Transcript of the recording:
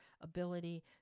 ability